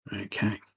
Okay